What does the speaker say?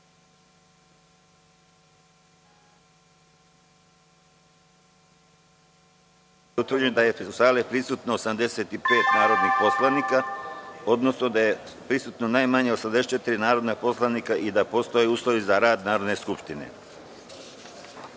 utvrđeno da je u sali prisutno 85 narodnih poslanika, odnosno da su prisutna najmanje 84 narodna poslanika i da postoje uslovi za rad Narodne skupštine. Danas